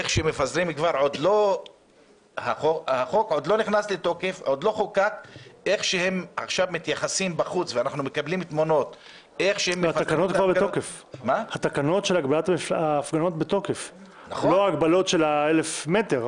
ברגע שאתה אומר שאתה מגביל את זכות ההפגנה רק ל-1,000 מטר,